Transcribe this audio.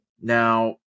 Now